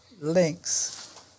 links